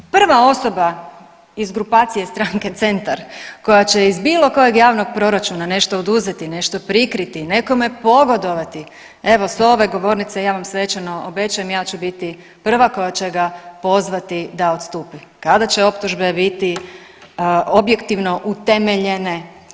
Prva osoba iz grupacije stranke Centar koja će iz bilo kojeg javnog proračuna nešto oduzeti, nešto prikriti, nekome pogodovati, evo s ove govornice ja vam svečano obečajem ja ću biti prva koja će ga pozvati da odstupi kada će optužbe biti objektivno utemeljene.